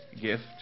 gift